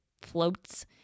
floats